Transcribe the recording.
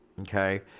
okay